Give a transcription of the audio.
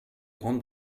grande